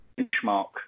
benchmark